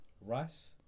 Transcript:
rice